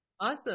Awesome